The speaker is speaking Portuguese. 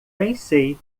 pensei